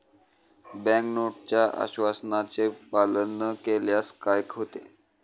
Bank नोटच्या आश्वासनाचे पालन न केल्यास काय होते?